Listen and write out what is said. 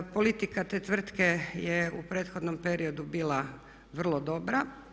Politika te tvrtke je u prethodnom periodu bila vrlo dobra.